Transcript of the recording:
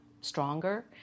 stronger